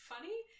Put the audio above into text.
Funny